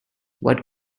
what